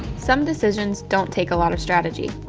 some decisions don't take a lot of strategy.